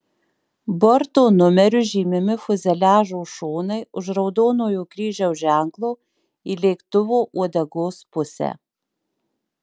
borto numeriu žymimi fiuzeliažo šonai už raudonojo kryžiaus ženklo į lėktuvo uodegos pusę